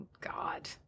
God